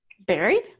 buried